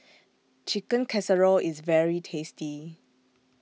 Chicken Casserole IS very tasty